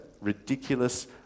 ridiculous